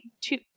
two